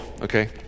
okay